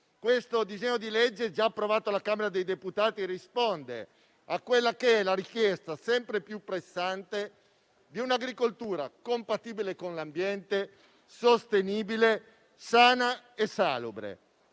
Questo disegno di legge, già approvato alla Camera dei deputati, risponde alla richiesta sempre più pressante di un'agricoltura compatibile con l'ambiente, sostenibile, sana e salubre.